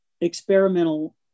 experimental